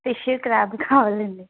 fish crab కావాలండి